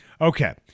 Okay